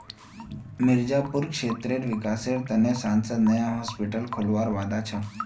मिर्जापुर क्षेत्रेर विकासेर त न सांसद नया हॉस्पिटल खोलवार वादा छ